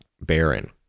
baron